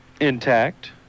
Intact